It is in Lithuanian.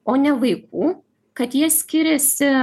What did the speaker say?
o ne vaikų kad jie skiriasi